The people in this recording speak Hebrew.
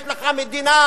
יש לך מדינה,